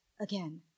again